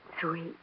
Sweet